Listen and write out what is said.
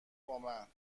بامن